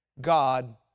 God